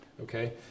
Okay